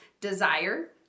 Desire